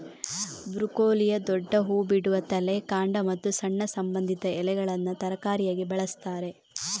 ಬ್ರೊಕೊಲಿಯ ದೊಡ್ಡ ಹೂ ಬಿಡುವ ತಲೆ, ಕಾಂಡ ಮತ್ತು ಸಣ್ಣ ಸಂಬಂಧಿತ ಎಲೆಗಳನ್ನ ತರಕಾರಿಯಾಗಿ ಬಳಸ್ತಾರೆ